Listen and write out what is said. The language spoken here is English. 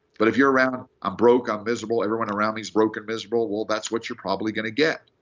but if you're around, i'm broke, i'm miserable, everyone around me is broke and miserable, well, that's what you're probably going to get.